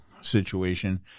situation